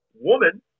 Woman